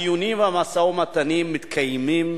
הדיונים על המשא-ומתן מתקיימים